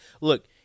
Look